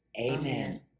Amen